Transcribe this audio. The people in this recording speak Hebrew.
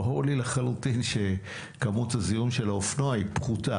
ברור לי שכמות הזיהום של האופנוע פחותה,